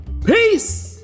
peace